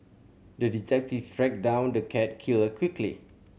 the detective tracked down the cat killer quickly